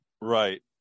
Right